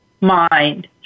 mind